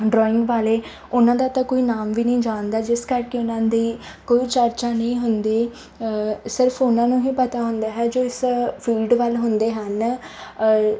drawing ਵਾਲੇ ਉਹਨਾਂ ਦਾ ਤਾਂ ਕੋਈ ਨਾਮ ਵੀ ਨਹੀਂ ਜਾਣਦਾ ਜਿਸ ਕਰਕੇ ਉਹਨਾਂ ਦੀ ਕੋਈ ਚਰਚਾ ਨਹੀਂ ਹੁੰਦੀ ਸਿਰਫ ਉਹਨਾਂ ਨੂੰ ਹੀ ਪਤਾ ਹੁੰਦਾ ਹੈ ਜੋ ਇਸ ਫੀਲਡ ਵੱਲ ਹੁੰਦੇ ਹਨ